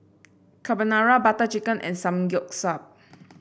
Carbonara Butter Chicken and Samgeyopsal